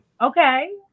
Okay